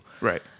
Right